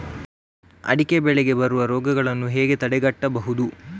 ಅಡಿಕೆ ಬೆಳೆಗೆ ಬರುವ ರೋಗಗಳನ್ನು ಹೇಗೆ ತಡೆಗಟ್ಟಬಹುದು?